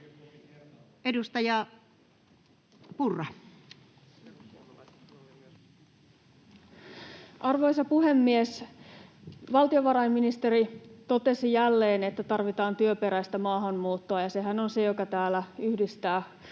Edustaja Purra. Arvoisa puhemies! Valtiovarainministeri totesi jälleen, että tarvitaan työperäistä maahanmuuttoa, ja sehän on se, joka täällä yhdistää koko salia